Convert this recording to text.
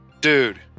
dude